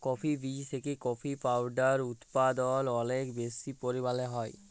coffee বীজ থেকে coffee powder উদপাদল অলেক বেশি পরিমালে হ্যয়